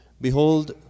Behold